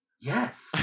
Yes